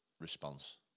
response